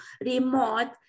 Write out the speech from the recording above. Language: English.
remote